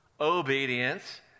Obedience